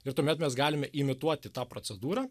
ir tuomet mes galime imituoti tą procedūrą